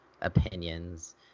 opinions